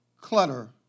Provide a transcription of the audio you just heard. clutter